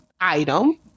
item